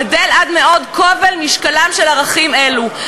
גדל עד מאוד כובד משקלם של ערכים אלו.